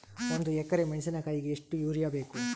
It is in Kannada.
ಒಂದ್ ಎಕರಿ ಮೆಣಸಿಕಾಯಿಗಿ ಎಷ್ಟ ಯೂರಿಯಬೇಕು?